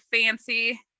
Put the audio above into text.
fancy